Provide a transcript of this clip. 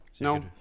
No